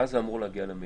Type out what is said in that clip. ואז זה אמור להגיע למליאה.